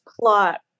plot